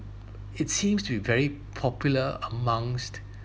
it seems to be very popular amongst